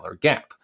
gap